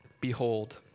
Behold